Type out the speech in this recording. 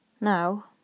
Now